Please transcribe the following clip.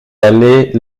allait